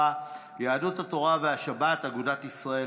יהדות התורה והשבת אגודת ישראל,